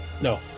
No